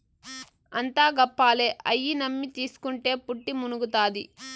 అంతా గప్పాలే, అయ్యి నమ్మి తీస్కుంటే పుట్టి మునుగుతాది